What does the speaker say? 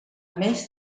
més